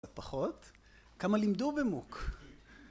פחות כמה לימדו במוק